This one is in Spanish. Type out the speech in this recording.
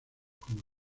como